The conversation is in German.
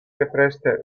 gepresste